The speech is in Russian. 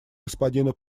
господину